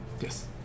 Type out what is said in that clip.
Yes